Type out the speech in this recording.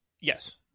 Yes